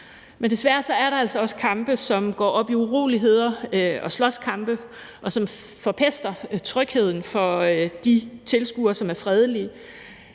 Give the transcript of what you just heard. Men desværre er der altså også kampe, som går op i uroligheder og slåskampe, og som forpester trygheden for de tilskuere, som er fredelige,